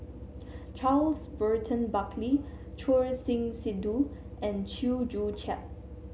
Charles Burton Buckley Choor Singh Sidhu and Chew Joo Chiat